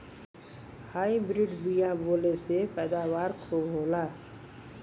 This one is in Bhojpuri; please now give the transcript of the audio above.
हाइब्रिड बिया बोवले से पैदावार खूब होला